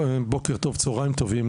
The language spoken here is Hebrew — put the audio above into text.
צוהריים טובים,